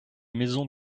maisons